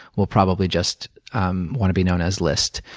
we'll probably just um want to be known as list.